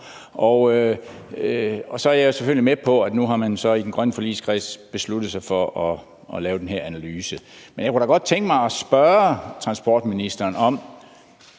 og så er jeg selvfølgelig med på, at man i den grønne forligskreds nu har besluttet sig for at lave den her analyse. Men jeg kunne da godt tænke mig at spørge transportministeren om,